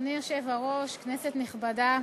אדוני היושב-ראש, כנסת נכבדה,